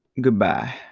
Goodbye